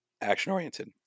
action-oriented